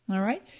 all right.